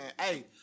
hey